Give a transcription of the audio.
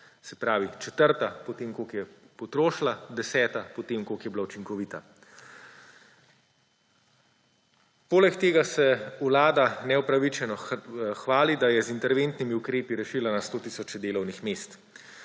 se pravi, četrta po tem, koliko je potrošila, 10 po tem, koliko je bila učinkovita. Poleg tega se vlada neopravičeno hvali, da je z interventnimi ukrepi rešila na 100 tisoče delovnih mest,